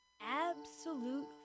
Absolute